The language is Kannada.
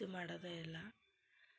ಇದು ಮಾಡೋದೇ ಇಲ್ಲ